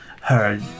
heard